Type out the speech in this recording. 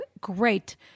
great